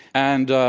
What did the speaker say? and,